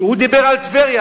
הוא דיבר על טבריה,